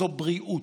זו בריאות,